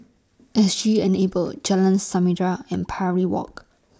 S G Enable Jalan Samarinda and Parry Walk